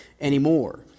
anymore